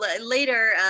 Later